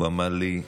הוא אמר לי: